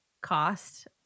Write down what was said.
cost